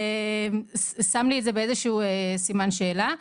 שם לי את זה באיזשהו סימן שאלה.